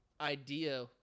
idea